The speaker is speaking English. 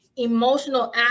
emotional